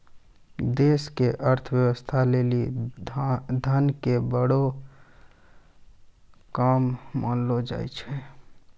देश के अर्थव्यवस्था लेली धन के बड़ो काम मानलो जाय छै